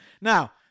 Now